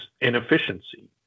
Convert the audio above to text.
inefficiency